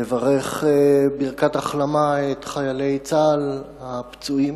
לברך בברכת החלמה את חיילי צה"ל הפצועים,